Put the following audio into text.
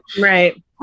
Right